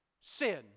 sin